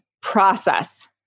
process